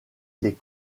les